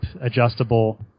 adjustable